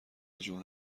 جون